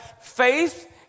faith